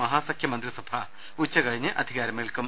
മഹാസഖ്യമന്ത്രിസഭ ഉച്ച കഴിഞ്ഞ് അധികാരമേൽക്കും